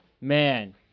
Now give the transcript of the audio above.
man